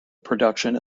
production